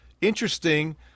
interesting